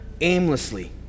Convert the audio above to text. aimlessly